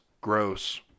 gross